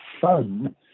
fun